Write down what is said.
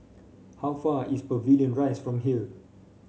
how far is Pavilion Rise from here